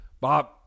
Bob